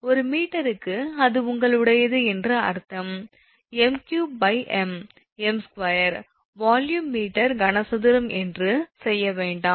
ஒரு மீட்டருக்கு அது உங்களுடையது என்று அர்த்தம் 𝑚3𝑚 𝑚2 வால்யூம் மீட்டர் கனசதுரம் என்று செய்ய வேண்டாம்